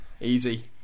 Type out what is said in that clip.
easy